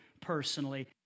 personally